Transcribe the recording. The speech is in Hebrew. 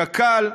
קק"ל,